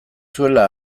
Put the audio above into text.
zuela